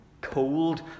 cold